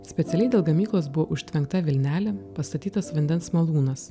specialiai dėl gamyklos buvo užtvenkta vilnelė pastatytas vandens malūnas